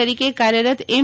તરીકે કાર્યરત એમ